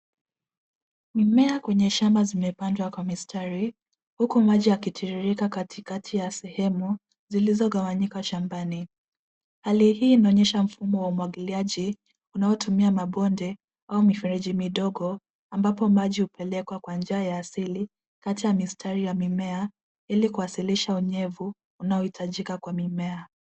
Mimea kwenye shamba zimepandwa kwa mistari, huku maji yakitiririka kati kati ya sehemu zilizogawanyika shambani. Hali hii inaonyesha mfumo wa umwagiliaji , unaotumia mabonde au mifereji midogo ambapo maji hupelekwa kwa njia ya asili. Hata mistari ya mimimea, ili kuwasilisha unyevu unaohitajika kwa mimea.